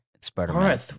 Spider-Man